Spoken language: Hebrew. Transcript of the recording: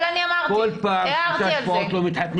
כל פעם אומרים שבמשך שלושה שבועות לא מתחתנים.